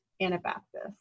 Anabaptist